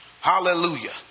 Hallelujah